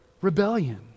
rebellion